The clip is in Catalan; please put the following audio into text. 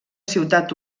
ciutat